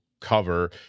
cover